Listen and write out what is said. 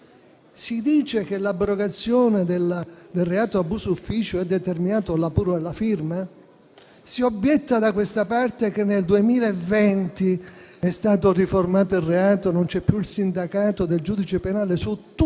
Si dice che l'abrogazione del reato di abuso d'ufficio è determinata dalla paura della firma? Si obietta, da questa parte, che nel 2020 è stato riformato il reato e non c'è più il sindacato del giudice penale su tutta